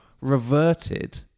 reverted